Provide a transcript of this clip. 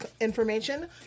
information